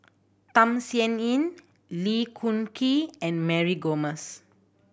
Tham Sien Yen Lee Choon Kee and Mary Gomes